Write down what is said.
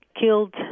killed